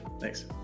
Thanks